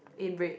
in red